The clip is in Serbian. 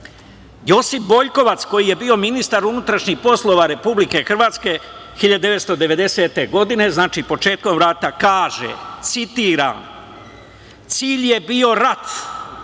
sve. Josip Boljkovac, koji je bio ministar unutrašnjih poslova Republike Hrvatske 1990. godine, znači početkom rata kaže, citiram – cilj je bio rat